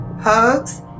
Hugs